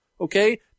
Okay